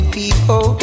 people